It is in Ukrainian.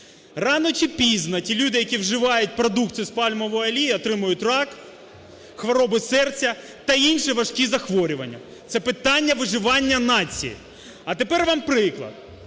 Рано чи пізно ті люди, які вживають продукти з пальмової олії, отримують рак, хвороби серця та інші важкі захворювання. Це питання виживання нації. А тепер вам приклад.